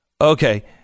Okay